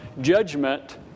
judgment